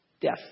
death